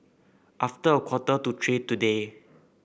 after a quarter to three today